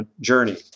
journey